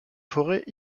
forêts